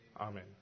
Amen